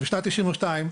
בשנת 1992,